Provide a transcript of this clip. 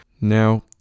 now